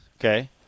Okay